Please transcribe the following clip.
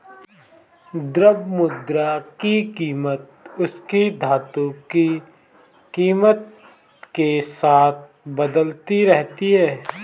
द्रव्य मुद्रा की कीमत उसकी धातु की कीमत के साथ बदलती रहती है